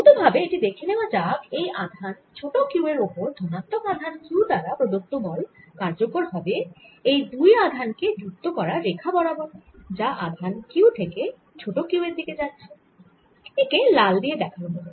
ভৌত ভাবে এটি দেখে নেওয়া যাক এই আধান ছোট q এর ওপর ধনাত্মক আধান Q দ্বারা প্রদত্ত বল কার্যকর হবে এই দুই আধান কে যুক্ত করা রেখা বরাবর যা আধান Q থেকে ছোট q এর দিকে যাচ্ছে একে লাল দিয়ে দেখানো হল